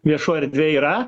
viešoj erdvėj yra